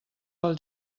pel